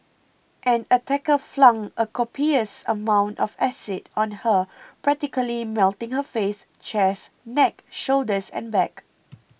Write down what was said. an attacker flung a copious amount of acid on her practically melting her face chest neck shoulders and back